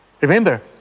Remember